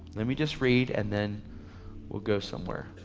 let me just read and then we'll go somewhere.